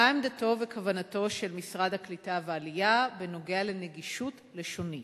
מה עמדתו וכוונתו של משרד הקליטה והעלייה בנוגד לנגישות לשונית?